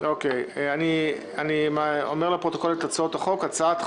אני אומר לפרוטוקול את הצעת החוק: הצ"ח